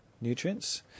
nutrients